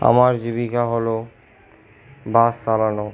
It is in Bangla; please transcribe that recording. আমার জীবিকা হল বাস চালানো